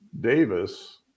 davis